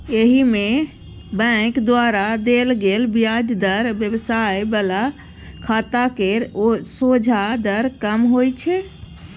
एहिमे बैंक द्वारा देल गेल ब्याज दर व्यवसाय बला खाता केर सोंझा दर कम होइ छै